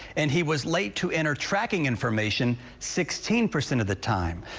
and he was late to enter tracking information sixteen percent of the time.